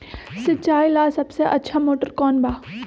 सिंचाई ला सबसे अच्छा मोटर कौन बा?